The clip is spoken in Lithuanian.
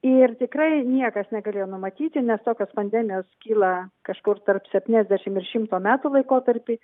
ir tikrai niekas negalėjo numatyti nes tokios pandemijos kyla kažkur tarp septyniasdešimt ir šimto metų laikotarpį